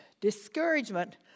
Discouragement